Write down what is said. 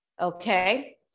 okay